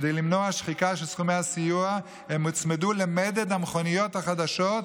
כדי למנוע שחיקה של סכומי הסיוע הם הוצמדו למדד המכוניות החדשות,